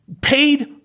paid